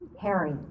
Harry